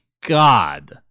God